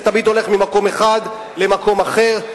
זה תמיד הולך ממקום אחד למקום אחר.